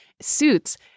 suits